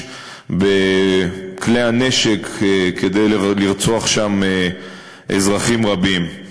בכלי הנשק כדי לרצוח שם אזרחים רבים.